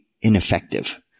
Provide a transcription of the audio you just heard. ineffective